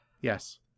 Yes